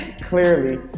Clearly